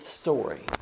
story